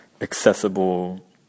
accessible